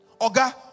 Oga